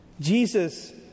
Jesus